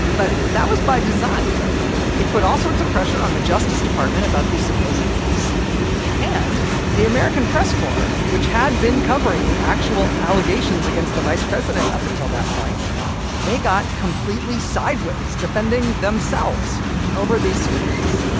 but that was by design it put all sorts of pressure on the justice department about these supposed leaks and the american press corps which had been covering the actual allegations against the vice president up until that point they got completely sideways defending themselves over these subpoenas